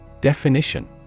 Definition